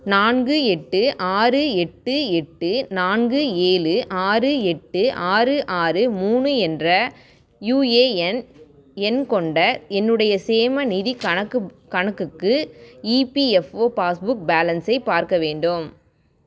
நான்கு எட்டு ஆறு எட்டு எட்டு நான்கு ஏழு ஆறு எட்டு ஆறு ஆறு மூணு என்ற யுஏஎன் எண் கொண்ட என்னுடைய சேமநிதிக் கணக்கு கணக்குக்கு இபிஎஃப்ஓ பாஸ்புக் பேலன்ஸை பார்க்க வேண்டும்